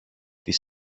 τις